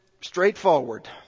straightforward